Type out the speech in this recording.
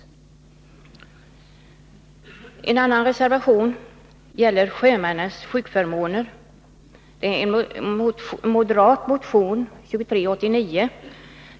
I en annan reservation, som gäller sjömännens sjukförmåner, har socialdemokraterna reserverat sig mot den moderata motionen 2389.